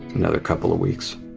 another couple of weeks.